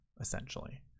essentially